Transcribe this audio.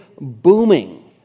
booming